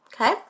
Okay